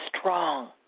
strong